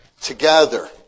together